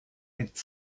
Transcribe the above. mit